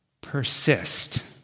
Persist